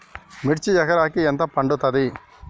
మిర్చి ఎకరానికి ఎంత పండుతది?